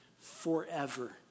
forever